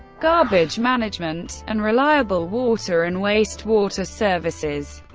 garbage management, and reliable water and waste water services.